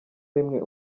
rimwe